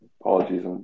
apologies